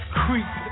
creep